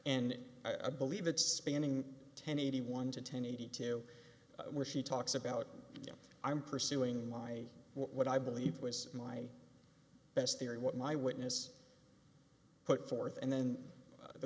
and i believe it's spanning ten eighty one to ten eighty two where she talks about him i'm pursuing my what i believe was my best theory what my witness put forth and then